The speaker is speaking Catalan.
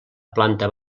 planta